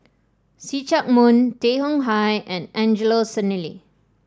See Chak Mun Tay Chong Hai and Angelo Sanelli